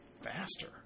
faster